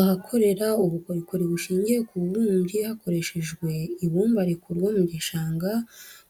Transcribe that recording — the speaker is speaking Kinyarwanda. Ahakorera ubukorikori bushingiye ku bubumbyi hakoreshejwe ibumba rikurwa mu gishanga